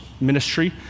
ministry